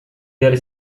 their